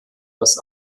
das